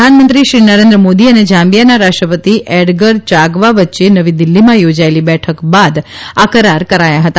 પ્રધાનમંત્રીશ્રી નરેન્દ્ર મોદી અને ઝામ્બીયાના રાષ્ટ્રપતિ એડગર યાગવા વચ્ચે નવી દિલ્હીમાં યોજાયેલી બેઠક બાદ આ કરાર કરાયા હતા